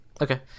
Okay